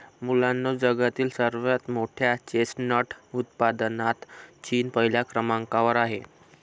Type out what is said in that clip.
मुलांनो जगातील सर्वात मोठ्या चेस्टनट उत्पादनात चीन पहिल्या क्रमांकावर आहे